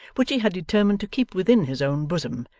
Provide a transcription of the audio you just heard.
which he had determined to keep within his own bosom,